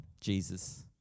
Jesus